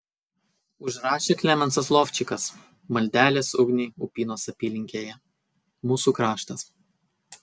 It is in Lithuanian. užrašė klemensas lovčikas maldelės ugniai upynos apylinkėje mūsų kraštas